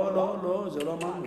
לא, לא, לא, זה לא אמרנו.